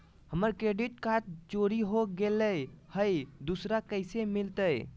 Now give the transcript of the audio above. हमर credit card चोरी हो गेलय हई, दुसर कैसे मिलतई?